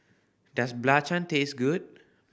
does belacan taste good